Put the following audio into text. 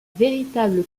véritable